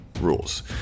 rules